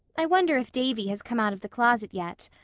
i wonder if davy has come out of the closet yet.